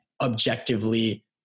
objectively